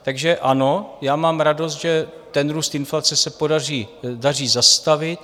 Takže ano, já mám radost, že ten růst inflace se daří zastavit.